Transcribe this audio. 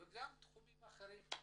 וגם תחומים אחרים?